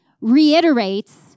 reiterates